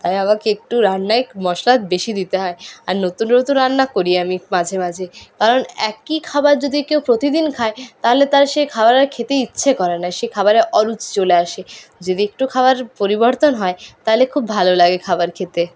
তাই আমাকে একটু রান্নায় মশলা বেশি দিতে হয় আর নতুন নতুন রান্না করি আমি মাঝে মাঝে কারণ একই খাবার যদি কেউ প্রতিদিন খায় তাহলে তার সেই খাবার আর খেতে ইচ্ছে করে না সেই খাবারে অরুচি চলে আসে যদি একটু খাওয়ার পরিবর্তন হয় তাহলে খুব ভালো লাগে খাবার খেতে